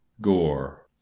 Gore